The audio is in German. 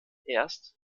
erst